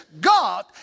God